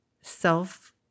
self